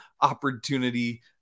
opportunity